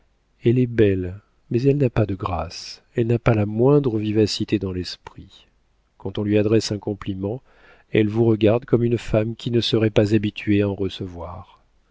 elle est belle mais elle n'a pas de grâce elle n'a pas la moindre vivacité dans l'esprit quand on lui adresse un compliment elle vous regarde comme une femme qui ne serait pas habituée à en recevoir